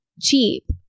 cheap